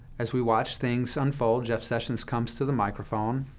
as we watched things unfold, jeff sessions comes to the microphone,